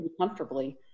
comfortably